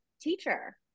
teacher